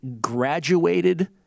graduated